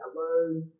hello